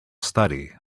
study